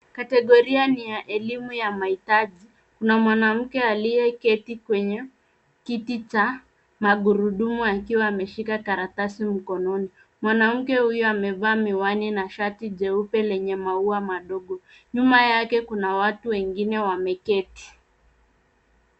Kategoria ni ya elimu ya mahitaji. Kuna mwanamke aliyeketi kwenye kiti cha magurudumu akiwa ameshika karatasi mkononi. Mwanamke huyo amevaa miwani na shati jeupe lenye maua madogo. Nyuma yake kuna watu wengine wameketi.